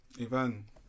Ivan